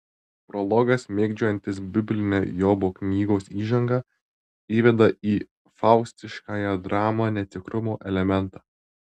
prologas mėgdžiojantis biblinę jobo knygos įžangą įveda į faustiškąją dramą netikrumo elementą